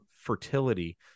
fertility